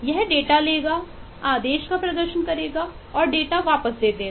यह डेटा वापस डाल देगा